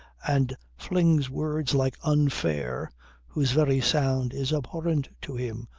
and flings words like unfair whose very sound is abhorrent to him.